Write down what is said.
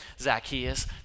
Zacchaeus